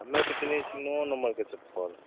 हमे तऽ पिन्हय छी नओ नम्बरके चप्पल